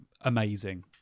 amazing